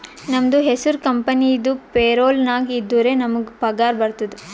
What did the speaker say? ನಮ್ದು ಹೆಸುರ್ ಕಂಪೆನಿದು ಪೇರೋಲ್ ನಾಗ್ ಇದ್ದುರೆ ನಮುಗ್ ಪಗಾರ ಬರ್ತುದ್